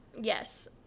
Yes